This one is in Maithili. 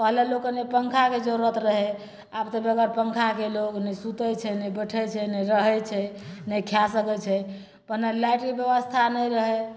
पहिले लोककेँ ने पङ्खाके जरुरत रहै आब बेगर पङ्खाके लोग नहि सुतै छै नहि बैठै छै नहि रहै छै नहि खाए सकै छै पहिने लाइटके व्यवस्था नहि रहै